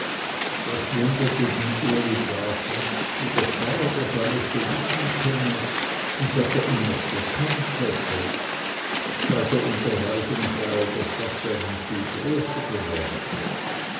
das wunderte den uli gar fast wie der pfarrer das alles so wissen könne und daß er ihn noch gekannt hätte seit der unterweisung sei er doch fast einen schuh größer geworden